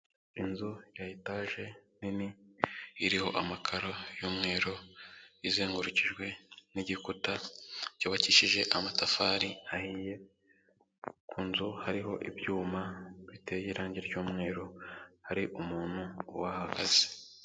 Inzu ya etaje nini, iriho amakaro y'umweru, izengurukijwe n'igikuta cyubakishije amatafari ahiye, ku nzu hariho ibyuma biteye irange ry'umweru hari umuntu uhahagaze.